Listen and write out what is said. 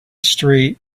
street